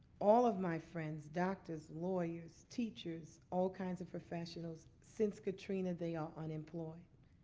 all of my friends, doctors, lawyers, teachers, all kinds of professionals, since katrina they are unemployed.